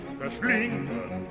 verschlingen